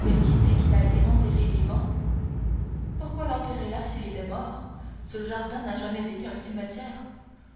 mais qui dit qu'il a été enterré vivant pourquoi l'enterrer là s'il était mort ce jardin n'a jamais été un cimetière